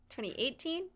2018